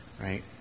right